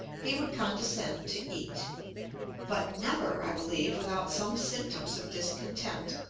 he would condescend to eat but never, i believe, without some symptoms of discontent,